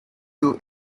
your